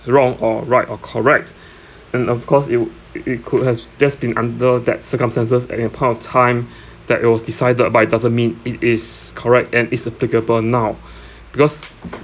wrong or right or correct and of course it would it could has just been under that circumstances at that point of time that it was decided but it doesn't mean it is correct and is applicable now because